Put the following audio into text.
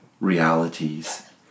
realities